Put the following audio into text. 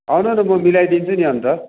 आउनु न म मिलाइदिन्छु नि अन्त